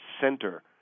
Center